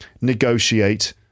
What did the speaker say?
negotiate